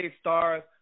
stars